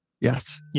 Yes